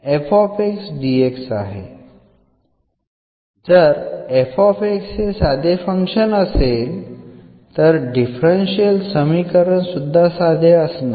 जर हे साधे फंक्शन असेल तर डिफरन्शियल समीकरण सुद्धा साधे असणार